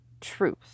truth